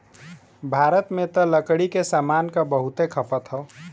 भारत में त लकड़ी के सामान क बहुते खपत हौ